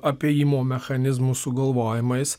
apėjimo mechanizmų sugalvojimais